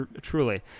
truly